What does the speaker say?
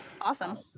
Awesome